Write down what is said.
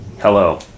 hello